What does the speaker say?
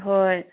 ꯍꯣꯏ